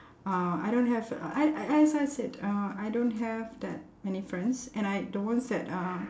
uh I don't have I as I said uh I don't have that many friends and I those that are